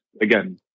again